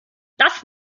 das